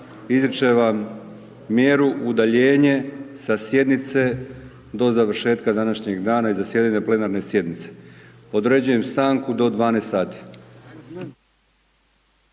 izričem vam mjeru udaljenje sa sjednice do završetka današnjeg dana i zasjedanje plenarne sjednice. Određuje stanku do 12 sati.